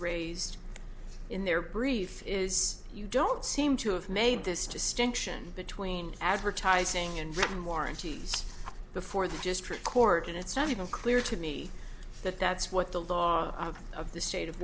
raised in their brief is you don't seem to have made this distinction between advertising and written warranties before the district court and it's not even clear to me that that's what the law of the state of